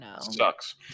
sucks